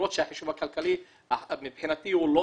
למרות שהחישוב הכלכלי מבחינתי הוא לא